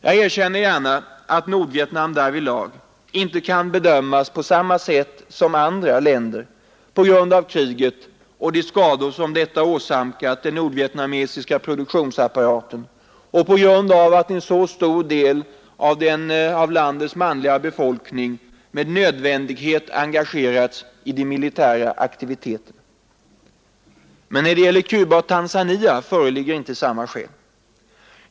Jag erkänner gärna att Nordvietnam därvidlag inte kan bedömas på samma sätt som andra länder på grund av kriget och de skador som detta åsamkat den nordvietnamesiska produktionsapparaten och på grund av att en så stor del av landets manliga befolkning med nödvändighet engagerats i de militära aktiviteterna. Men när det gäller Cuba och Tanzania föreligger inte samma skäl.